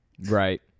Right